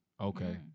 okay